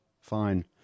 fine